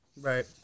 Right